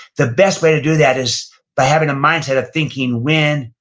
the best way to do that is by having a mindset of thinking, win-win.